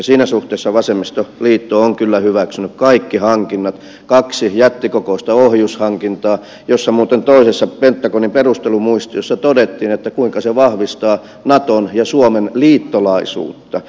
siinä suhteessa vasemmistoliitto on kyllä hyväksynyt kaikki hankinnat kaksi jättikokonaista ohjushankintaa joista muuten toisessa pentagonin perustelumuistiossa todettiin kuinka se vahvistaa naton ja suomen liittolaisuutta